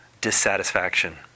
dissatisfaction